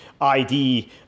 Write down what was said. id